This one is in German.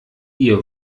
ihr